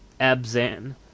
Abzan